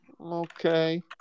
Okay